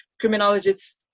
criminologists